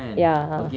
ya